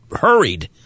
hurried